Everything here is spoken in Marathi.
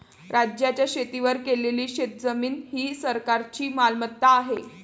राज्याच्या शेतीवर केलेली शेतजमीन ही सरकारची मालमत्ता आहे